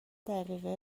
دقیقه